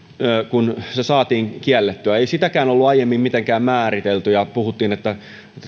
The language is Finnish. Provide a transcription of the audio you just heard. vuotta saatiin kiellettyä ei sitäkään ollut aiemmin mitenkään määritelty ja puhuttiin että